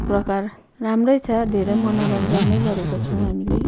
एकप्रकार राम्रै छ धेरै मनोरञ्जन नै गरेको छौँ हामीले